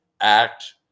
act